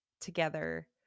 together